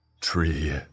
Tree